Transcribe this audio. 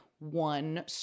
one